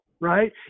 right